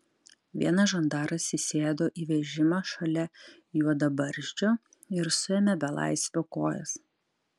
vienas žandaras įsėdo į vežimą šalia juodabarzdžio ir suėmė belaisvio kojas